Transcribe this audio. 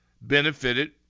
benefited